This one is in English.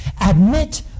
Admit